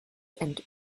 and